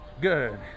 Good